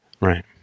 Right